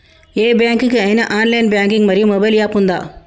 ఏ bank కి ఐనా online banking మరియు మొబైల్ యాప్ ఉందా?